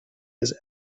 his